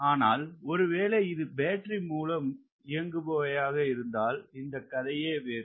அனால் ஒரு வேலை இது பேட்டரி மூலம் இயங்குபவையாக இருந்தால் இந்த கதை வேறு